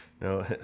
No